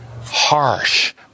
harsh